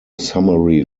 summary